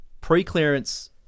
pre-clearance